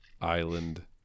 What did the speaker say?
island